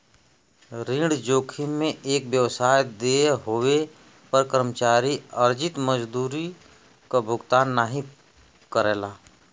ऋण जोखिम में एक व्यवसाय देय होये पर कर्मचारी अर्जित मजदूरी क भुगतान नाहीं करला